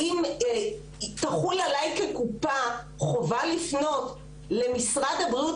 האם תחול עלי כקופה חובה לפנות למשרד הבריאות